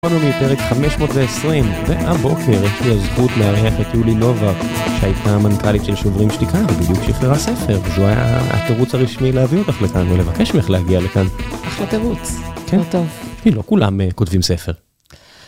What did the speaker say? גיקונומי, פרק 520. והבוקר יש לי הזכות לארח את יולי נובק, שהייתה המנכלית של שוברים שתיקה, ובדיוק שחררה ספר, וזה התירוץ הרשמי להביא אותך לכאן, או לבקש ממך להגיע לכאן. אחלה תירוץ. כן. הכל טוב. תראי, לא כולם כותבים ספר.